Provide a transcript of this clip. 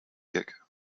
kick